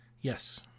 Yes